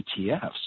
ETFs